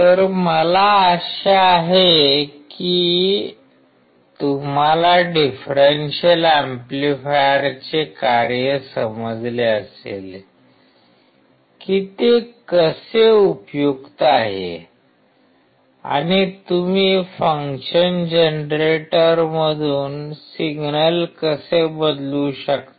तर मला आशा आहे की तुम्हाला डिफरेंशियल एम्पलीफायरचे कार्य समजले असेल कि ते कसे उपयुक्त आहे आणि तुम्ही फंक्शन जनरेटरमधून सिग्नल कसे बदलू शकता